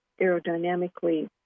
aerodynamically